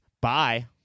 Bye